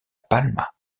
palma